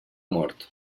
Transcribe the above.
mort